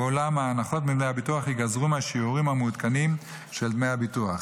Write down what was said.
ואולם ההנחות מדמי הביטוח ייגזרו מהשיעורים המעודכנים של דמי הביטוח.